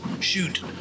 Shoot